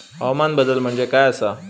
हवामान बदल म्हणजे काय आसा?